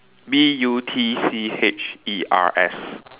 B U T C H E R S